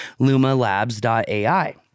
LumaLabs.ai